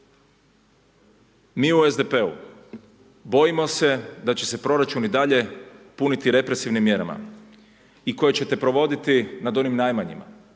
Mi u SDP-u bojimo se da će se proračun i dalje puni represivnim mjerama i koje ćete provoditi nad onim najmanjima